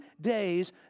days